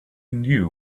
knew